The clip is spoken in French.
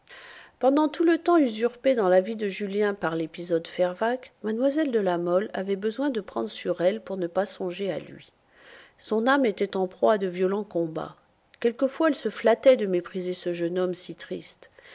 pendant tout le temps usurpé dans la vie de julien par l'épisode fervaques mlle de la mole avait besoin de prendre sur elle pour ne pas songer à lui son âme était en proie à de violents combats quelquefois elle se flattait de mépriser ce jeune homme si triste